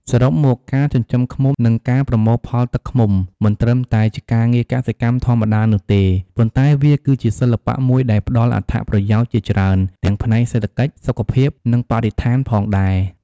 សរុបមក ការចិញ្ចឹមឃ្មុំ និងការប្រមូលផលទឹកឃ្មុំ មិនត្រឹមតែជាការងារកសិកម្មធម្មតានោះទេ ប៉ុន្តែវាគឺជាសិល្បៈមួយដែលផ្តល់អត្ថប្រយោជន៍ជាច្រើនទាំងផ្នែកសេដ្ឋកិច្ច សុខភាព និងបរិស្ថានផងដែរ។